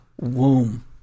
womb